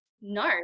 no